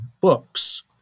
books